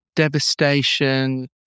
devastation